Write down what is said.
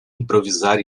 improvisar